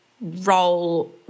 role